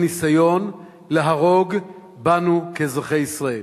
הניסיון להרוג בנו, כאזרחי ישראל.